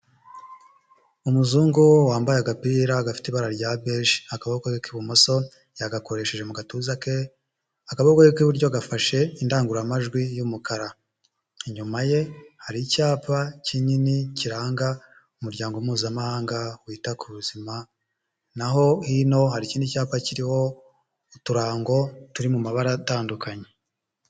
Umuzungu wambaye agapira gafite ibara rya beje akaboko k'ibumoso yagakoresheje mu gatuza ke. Akaboko ke k'iburyo gafashe indangururamajwi y'umukara. Inyuma ye hari icyapa kinini kiranga umuryango mpuzamahanga wita ku buzima, naho hino naho hari ikindi cyapa kiriho uturango turi mu mabara atandukanye.